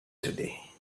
today